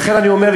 לכן אני אומר,